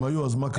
הם פרצו את הגדרות.